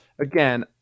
again